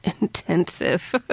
intensive